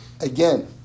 Again